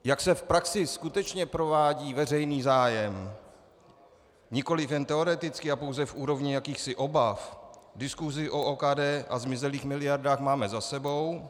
Jak se v praxi skutečně provádí veřejný zájem, nikoliv jen teoreticky a pouze v úrovni jakýchsi obav, diskusi o OKD a zmizelých miliardách máme za sebou.